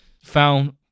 found